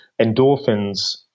endorphins